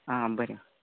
आं बरें